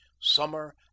summer